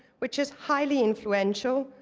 which is highly influential,